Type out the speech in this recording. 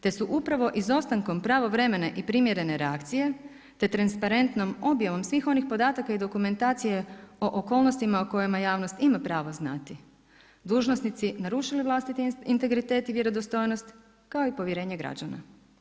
Te su upravo izostankom pravovremene i primjerene reakcije te transparentnom objavom svih onih podataka i dokumentacije o okolnostima u kojima javnost ima pravo znati, dužnosnici narušili vlastiti integritet i vjerodostojnost kao i povjerenje građana.